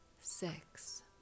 Six